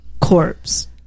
Corpse